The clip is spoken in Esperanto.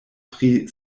pri